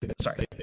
sorry